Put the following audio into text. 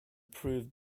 proved